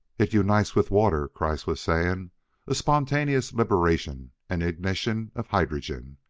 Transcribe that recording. it unites with water, kreiss was saying a spontaneous liberation and ignition of hydrogen.